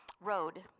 road